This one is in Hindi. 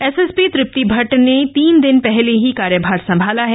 एसएसपी तृप्ति भट्ट ने तीन दिन पहले ही कार्यभार संभाला है